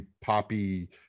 poppy